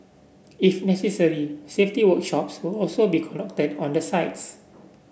if necessary safety workshops will also be conducted on the sites